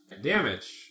damage